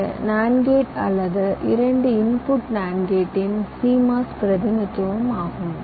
இது ஒரு NAND gate அல்லது இரண்டு இன்புட் நான்ட் கேட்டின் சீமாஸ் பிரதிநிதித்துவம் ஆகும்